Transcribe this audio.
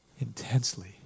intensely